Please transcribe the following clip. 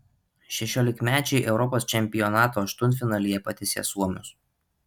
šešiolikmečiai europos čempionato aštuntfinalyje patiesė suomius